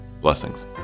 Blessings